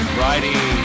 righty